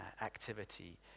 activity